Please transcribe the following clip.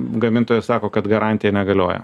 gamintojai sako kad garantija negalioja